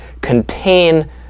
contain